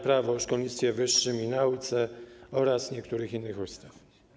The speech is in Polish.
Prawo o szkolnictwie wyższym i nauce oraz niektórych innych ustaw.